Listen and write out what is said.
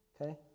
Okay